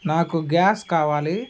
నాకు గ్యాస్ కావాలి